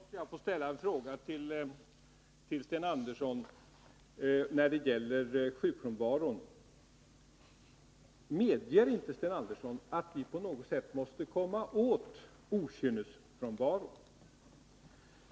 Herr talman! Då måste jag få ställa en fråga till Sten Andersson när det gäller frånvaron. Medger inte Sten Andersson att vi på något sätt måste komma åt okynnesfrånvaron?